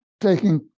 taking